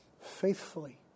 faithfully